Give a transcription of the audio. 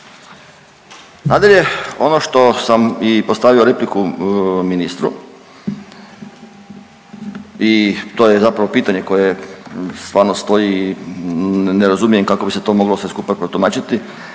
Nadalje, ono što sam i postavio repliku ministru i to je zapravo pitanje koje stvarno stoji, ne razumijem kako bi se to moglo sve skupa protumačiti,